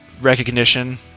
recognition